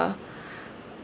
uh